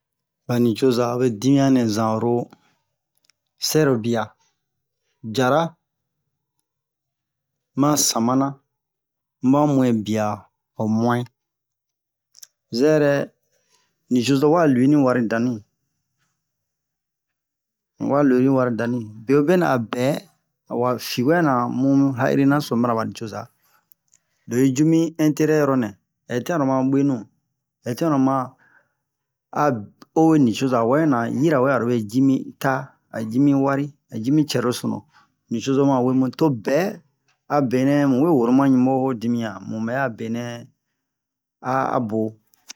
bani coza hobe dimiyanɛ zan'oro sɛrobia jara ma samana ma muɛ bia ho muɛ zɛrɛ nicozo'i wa luini wari danui wa luini wari danui bewobenɛ'a bɛ awa fiwɛna mu ha'irina so mana bani coza lo'i jumi interet yoronɛ hɛ tian loma bwe nu hɛ tian loma a oni coza wɛna yirawɛ a lobe jimi ta a jimi wari jimi cɛrosunu nucozo mawemu to bɛ abenɛ muwe woro ma ɲubo ho dimiyan mubɛ'a benɛ abo